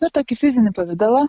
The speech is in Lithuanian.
nu ir tokį fizinį pavidalą